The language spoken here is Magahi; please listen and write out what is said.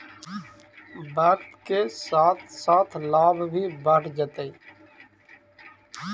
वक्त के साथ साथ लाभ भी बढ़ जतइ